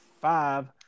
five